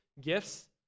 gifts